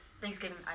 Thanksgiving